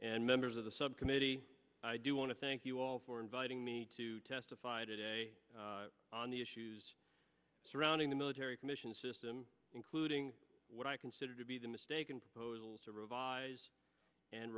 and members of the subcommittee i do want to thank you all for inviting me to testify today on the issues surrounding the military commission system including what i consider to be the mistaken proposals to revise and